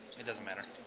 it doesn't matter.